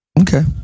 Okay